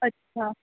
अच्छा